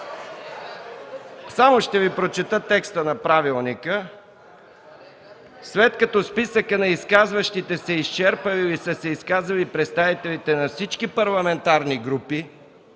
Само ще Ви прочета текста на правилника: „След като списъкът на изказващите се е изчерпал или са се изказали представителите на всички парламентарни групи,